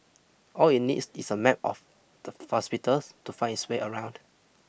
all it needs is a map of the hospitals to find its way around